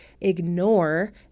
ignore